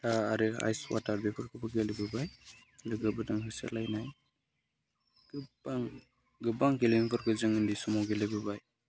दा आरो ice water बेफोरखौबो गेलेबोबाय लोगोफोरजों होसोलायनाय गोबां गोबां गेलेनायफोरखौ जों उन्दै समाव गेलेबोबाय